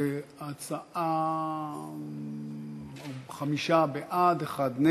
את הצעת חוק צער בעלי-חיים (הגנה על בעלי-חיים)